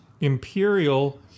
Imperial